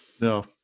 No